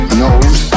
knows